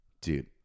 dude